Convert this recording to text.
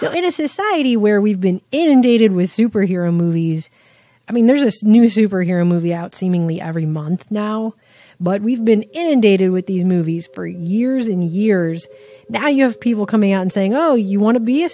so in a society where we've been inundated with superhero movies i mean there's this new superhero movie out seemingly every month now but we've been inundated with the movies for years and years that you have people coming out and saying oh you want to be a